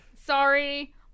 Sorry